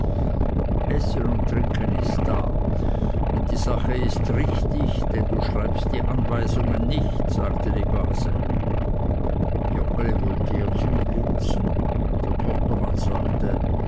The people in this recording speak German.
essen und trinken ist da und die sache ist richtig denn du schreibst die anweisungen nicht sagte die base joggeli wollte ihr zublinzen der tochtermann sagte